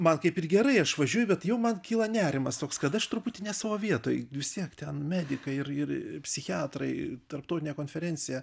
man kaip ir gerai aš važiuoju bet jau man kyla nerimas toks kad aš truputį ne savo vietoj vis tiek ten medikai ir ir psichiatrai tarptautinė konferencija